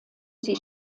sie